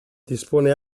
dispone